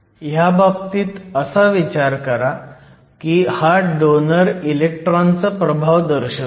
ह्याबाबतीत असा विचार करा की हा डोनर इलेक्ट्रॉनचा प्रभाव दर्शवतो